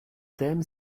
thème